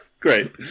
Great